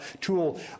tool